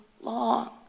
long